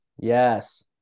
yes